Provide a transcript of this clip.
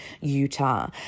Utah